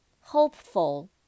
Hopeful